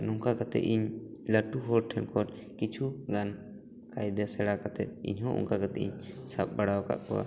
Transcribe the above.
ᱱᱚᱝᱠᱟ ᱠᱟᱛᱮᱫ ᱤᱧ ᱞᱟᱹᱴᱩ ᱦᱚᱲ ᱴᱷᱮᱱ ᱠᱷᱚᱱ ᱠᱩᱪᱷᱩ ᱜᱟᱱ ᱠᱟᱭᱫᱟ ᱥᱮᱬᱟ ᱠᱟᱛᱮᱫ ᱤᱧᱦᱚᱸ ᱚᱱᱠᱟ ᱠᱟᱛᱮᱫ ᱤᱧ ᱥᱟᱵᱽ ᱵᱟᱲᱟ ᱟᱠᱟᱫ ᱠᱚᱣᱟ ᱦᱟᱹᱠᱩ ᱫᱚ